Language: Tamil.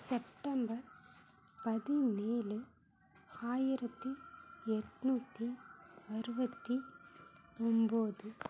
செப்டம்பர் பதினேழு ஆயிரத்தி எண்ணூத்தி அறுபத்தி ஒம்பது